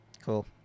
Cool